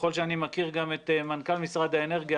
ככל שאני מכיר את מנכ"ל משרד האנרגיה,